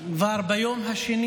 כבר ביום השני